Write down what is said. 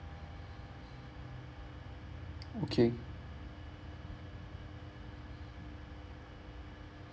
okay